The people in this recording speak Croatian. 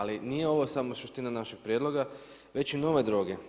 Ali nije ovo samo suština našeg prijedloga već i nove droge.